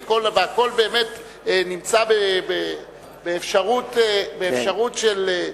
והכול באמת נמצא באפשרות של,